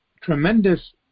tremendous